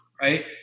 Right